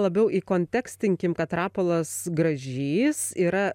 labiau įkontekstinkim kad rapolas gražys yra